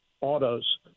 autos